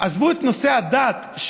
עזבו את נושא הדת,